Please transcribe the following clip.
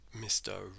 Mr